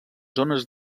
zones